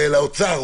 האוצר,